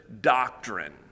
doctrine